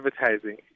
advertising